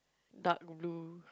dark blue